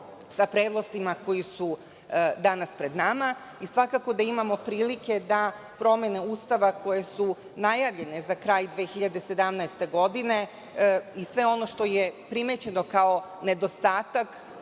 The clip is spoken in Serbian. sa predlozima koji su danas pred nama i svakako da imamo prilike da promene Ustava koje su najavljene za kraj 2017. godine i sve ono što je primećeno kao nedostatak